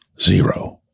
Zero